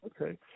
okay